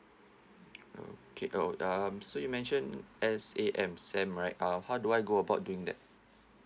okay oh um so you mentioned S_A_M sam right ah how do I go about doing that